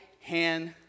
hand